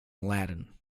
latin